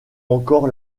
encore